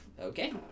okay